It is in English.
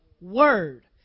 Word